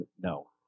No